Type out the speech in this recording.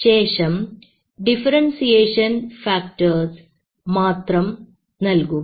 ശേഷം differentiation factors മാത്രം നൽകുക